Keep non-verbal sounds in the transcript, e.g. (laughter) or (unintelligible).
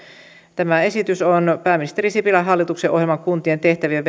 tämä esitys on osa pääministeri sipilän hallituksen ohjelman kuntien tehtävien (unintelligible)